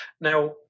Now